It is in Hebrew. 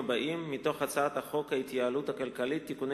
הבאים מתוך הצעת חוק ההתייעלות הכלכלית (תיקוני